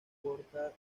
corta